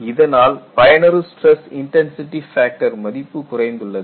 இதனால் பயனுறு stress intensity factor மதிப்பு குறைந்துள்ளது